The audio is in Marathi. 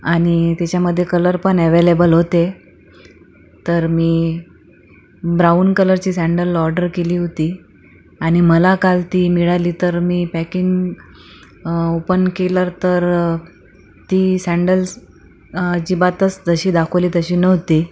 आणि त्याच्यामध्ये कलर पन अॅवेलेबल होते तर मी ब्राऊन कलरची सॅन्डल ऑर्डर केली होती आणि मला काल ती मिळाली तर मी पॅकिंग ओपन केलं तर अ ती सॅन्डल्स अजिबातच जशी दाखवली तशी नव्हती